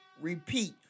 Repeat